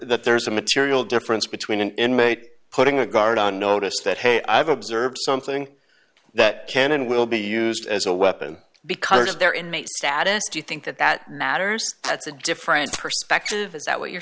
that there's a material difference between an inmate putting a guard on notice that hey i've observed something that can and will be used as a weapon because they're inmate status do you think that that matters that's a different perspective is that what you're